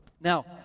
Now